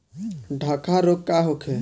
डकहा रोग का होखे?